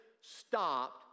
stopped